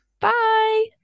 Bye